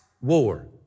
war